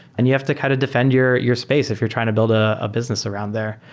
and you have to kind of defend your your space if you're trying to build a business around there.